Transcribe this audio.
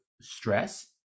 stress